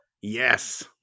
Yes